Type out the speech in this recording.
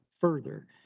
further